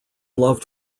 loved